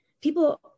people